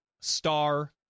Star